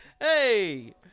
Hey